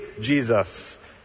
Jesus